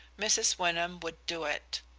mrs. wyndham would do it.